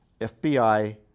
FBI